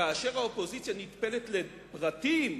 כאשר האופוזיציה נטפלת לפרטים,